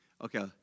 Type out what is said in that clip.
Okay